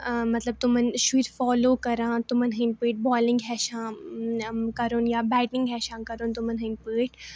مطلب تِمَن شُرۍ فالو کَران تِمَن ہٕنٛدۍ پٲٹھۍ بالِنٛگ ہیٚچھان کَرُن یا بیٹِنٛگ ہیٚچھان کَرُن تِمَن ہٕنٛدۍ پٲٹھۍ